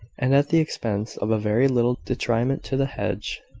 and at the expense of a very little detriment to the hedge,